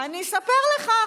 אני אספר לך.